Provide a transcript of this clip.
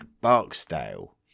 Barksdale